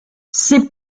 ces